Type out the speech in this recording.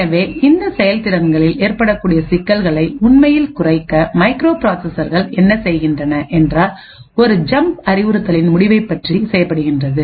எனவே இந்த செயல் திறன்களில் ஏற்படக்கூடிய சிக்கல்களை உண்மையில் குறைக்க மைக்ரோபிராசஸர்கள் என்ன செய்கின்றன என்றால் ஒரு ஜம்ப் அறிவுறுத்தலின் முடிவைப் பற்றி செய்யப்படுகின்றது